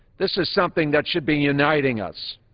this is something that should be uniting us.